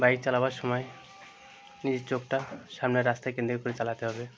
bike চালাবার সময় নিজের চোখটা সামনের রাস্তায় কেন্দ্র করে চালাতে হবে